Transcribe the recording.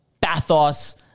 pathos